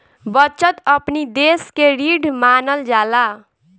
बचत अपनी देस के रीढ़ मानल जाला